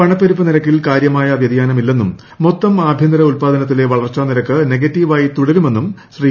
പണപ്പെരുപ്പ നിരക്കിൽ കാര്യമായ വ്യതിയാനമില്ലെന്നും മൊത്ത് ആഭ്യന്തര ഉൽപ്പാദനത്തിലെ വളർച്ചാ നിരക്ക് നെഗറ്റീവായി തുട്രുമെന്നും ശ്രീ